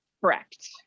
Correct